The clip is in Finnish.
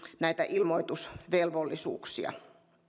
näitä ilmoitusvelvollisuuksia